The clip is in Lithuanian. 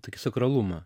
tokį sakralumą